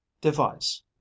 Device